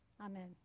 Amen